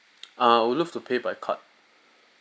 uh I would love to pay by card